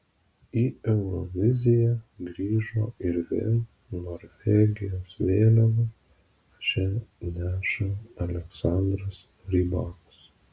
į euroviziją grįžo ir vėl norvegijos vėliavą čia neša aleksandras rybakas